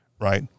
right